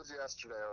yesterday